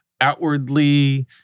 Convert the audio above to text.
outwardly